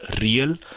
real